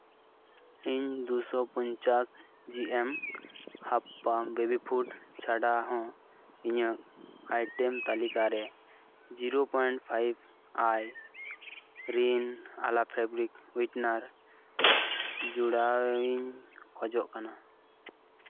ᱤᱧ ᱫᱩ ᱥᱚ ᱯᱚᱧᱪᱟᱥ ᱡᱤ ᱮᱢ ᱦᱟᱯᱯᱟ ᱵᱮᱵᱤ ᱯᱷᱩᱴ ᱪᱷᱟᱰᱟ ᱦᱚᱸ ᱤᱧᱟᱹᱜ ᱟᱭᱴᱮᱢ ᱛᱟᱞᱤᱠᱟ ᱨᱮ ᱡᱤᱨᱳ ᱯᱚᱭᱮᱱᱴ ᱯᱷᱟᱭᱤᱵᱽ ᱟᱭᱭ ᱨᱤᱱ ᱟᱞᱟ ᱯᱷᱮᱵᱨᱤᱠ ᱦᱩᱭᱤᱴᱱᱟᱨ ᱡᱚᱲᱟᱣᱤᱧ ᱠᱷᱚᱡᱚᱜ ᱠᱟᱱᱟ